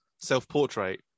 self-portrait